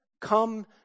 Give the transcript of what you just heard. Come